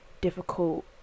difficult